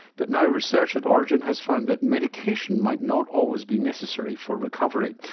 but now research at orygen has found that medication might not always be necessary for recovery.